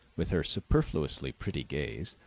with her superfluously pretty gaze,